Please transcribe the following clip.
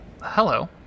hello